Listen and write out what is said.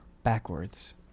backwards